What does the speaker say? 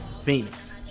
Phoenix